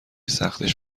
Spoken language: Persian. سختش